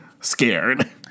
scared